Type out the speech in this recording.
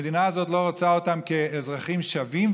המדינה הזאת לא רוצה אותם כאזרחים שווים.